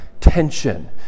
tension